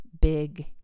big